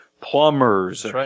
plumbers